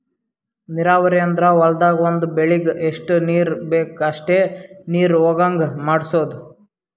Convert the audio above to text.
ನೀರಾವರಿ ಅಂದ್ರ ಹೊಲ್ದಾಗ್ ಒಂದ್ ಬೆಳಿಗ್ ಎಷ್ಟ್ ನೀರ್ ಬೇಕ್ ಅಷ್ಟೇ ನೀರ ಹೊಗಾಂಗ್ ಮಾಡ್ಸೋದು